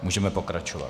Můžeme pokračovat.